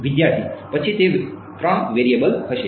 વિદ્યાર્થી પછી તે ૩ વેરિયેબલ હશે